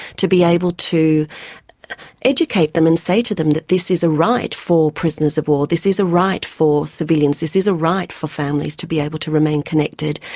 to be able to educate them and say to them that this is a right for prisoners-of-war, this is a right for civilians, this is a right for families to be able to remain connected,